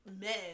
men